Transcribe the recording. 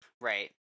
Right